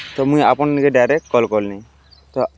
ତ ମୁଇଁ ଆପଣ୍ନିକେ ଡାଇରେକ୍ଟ୍ କଲ୍ କଲିି ତ